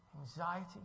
anxiety